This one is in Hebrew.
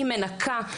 היא מנקה,